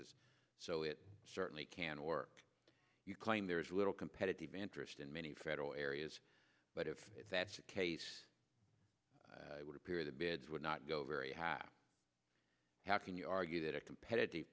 es so it certainly can or you claim there is little competitive interest in many federal areas but if that's the case it would appear the bids would not go very high how can you argue that a competitive